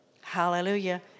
Hallelujah